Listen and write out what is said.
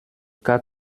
quatre